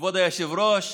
כבוד היושב-ראש,